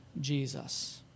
Jesus